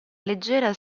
leggera